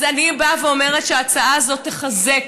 אז אני באה ואומרת שההצעה הזאת תחזק